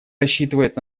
рассчитывает